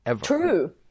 True